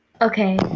okay